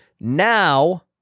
Now